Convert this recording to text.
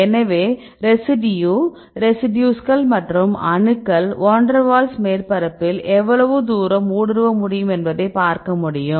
எனவே ரெசிடியூ ரெசிடியூஸ்கள் மற்றும் அணுக்கள் வான் டெர் வால்ஸ் மேற்பரப்பில் எவ்வளவு தூரம் ஊடுருவ முடியும் என்பதை பார்க்க முடியும்